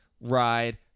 ride